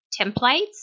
templates